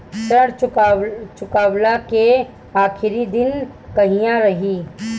ऋण चुकव्ला के आखिरी दिन कहिया रही?